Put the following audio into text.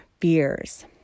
fears